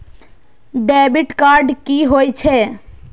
Debit card की होय छेय?